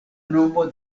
nomo